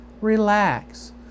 relax